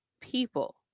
people